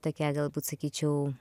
tokia galbūt sakyčiau